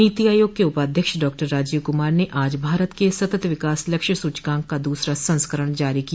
नीति आयोग के उपाध्यक्ष डॉ राजीव कुमार ने आज भारत के सतत विकास लक्ष्य सूचकांक का दूसरा संस्करण जारी किया